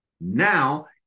now